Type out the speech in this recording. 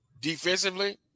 defensively